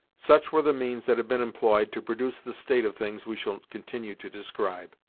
such were the means that had been employed to produce the state of things we shall continue to describe.